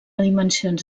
dimensions